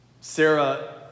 Sarah